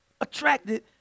attracted